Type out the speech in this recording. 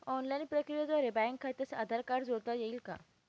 Online प्रक्रियेद्वारे bank खात्यास Aadhaar card जोडता येईल का?